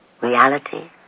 Reality